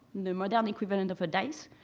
the modern equivalent of a dice.